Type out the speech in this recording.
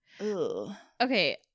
okay